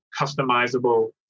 customizable